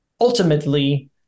ultimately